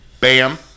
Bam